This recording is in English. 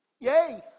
yay